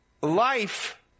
life